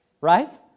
right